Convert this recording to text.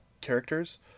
characters